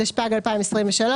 התשפ"ג 2023,